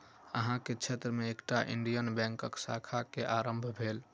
अहाँ के क्षेत्र में एकटा इंडियन बैंकक शाखा के आरम्भ भेल